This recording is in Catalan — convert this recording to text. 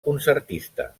concertista